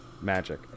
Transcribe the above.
magic